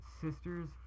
sister's